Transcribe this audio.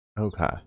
Okay